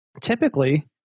typically